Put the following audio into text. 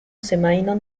semajnon